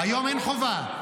היום אין חובה.